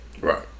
Right